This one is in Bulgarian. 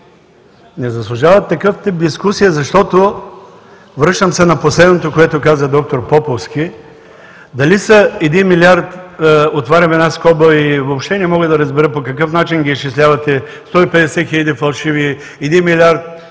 Не заслужават такъв тип дискусия, защото, връщам се на последното, което каза д р Поповски, дали са един милиард – отварям една скоба и въобще не мога да разбера по какъв начин ги изчислявате: 150 хиляди фалшиви, 1 милиард